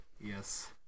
yes